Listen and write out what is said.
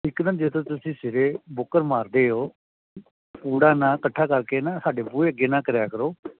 ਇੱਕ ਨਾ ਜਦੋਂ ਤੁਸੀਂ ਸਵੇਰੇ ਬੁਕਰ ਮਾਰਦੇ ਹੋ ਕੂੜਾ ਨਾ ਇਕੱਠਾ ਕਰਕੇ ਨਾ ਸਾਡੇ ਬੂਹੇ ਅੱਗੇ ਨਾ ਕਰਿਆ ਕਰੋ